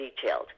detailed